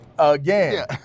Again